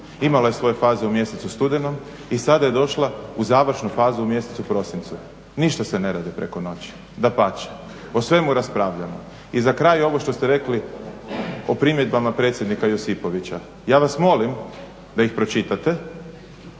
imala je svoje faze u mjesecu studenom i sada je došla u završnu fazu u mjesecu prosincu. Ništa se ne radi preko noći, dapače o svemu raspravljamo. I za kraj ovo što ste rekli o primjedbama predsjednika Josipovića. Ja vas molim da ih pročitate,